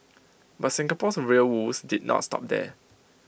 but Singapore's rail woes did not stop there